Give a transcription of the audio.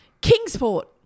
Kingsport